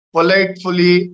Politefully